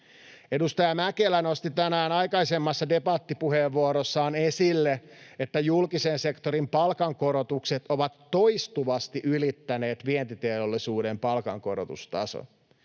Edustaja Mäkelä nosti tänään aikaisemmassa debattipuheenvuorossaan esille, että julkisen sektorin palkankorotukset ovat toistuvasti ylittäneet vientiteollisuuden palkankorotustason.